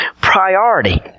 priority